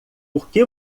porque